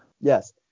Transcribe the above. Yes